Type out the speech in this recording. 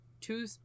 two